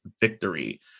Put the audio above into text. victory